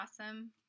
awesome